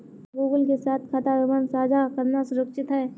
क्या गूगल के साथ खाता विवरण साझा करना सुरक्षित है?